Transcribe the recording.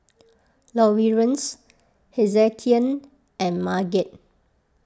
Lawerence Hezekiah and Marget